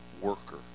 worker